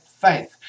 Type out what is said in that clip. faith